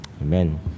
Amen